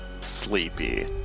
sleepy